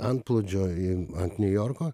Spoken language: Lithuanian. antplūdžio į ant niujorko